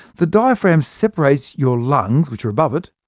the diaphragm separates your lungs which are above it,